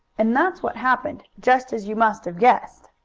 and that's what happened, just as you must have guessed.